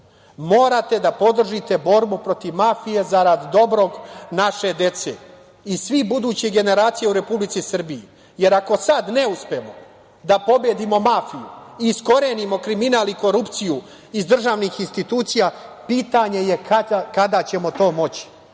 posao. Morate da podržite borbu protiv mafije zarad dobrog naše dece i svih budućih generacija u Republici Srbiji. Ako sada ne uspemo da pobedimo mafiju i iskorenimo kriminal i korupciju iz državnih institucija, pitanje je kada ćemo to moći.